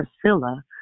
Priscilla